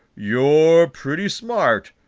you're pretty smart,